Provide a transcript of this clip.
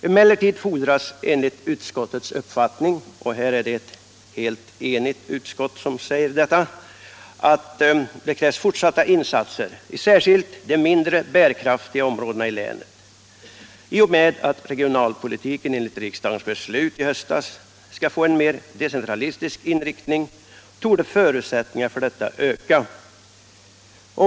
Emellertid fordras enligt utskottets uppfattning, och här är det ett helt enigt utskott som säger detta, fortsatta insatser särskilt i mindre bärkraftiga områdena i länet. I och med att regionalpolitiken enligt riksdagens beslut i höstas skall få en mer decentralistisk inriktning torde förutsättningarna för detta öka.